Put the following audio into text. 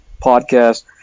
podcast